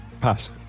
Pass